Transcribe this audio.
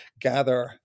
gather